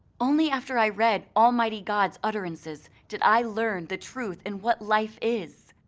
only after i read almighty god's utterances did i learn the truth and what life is.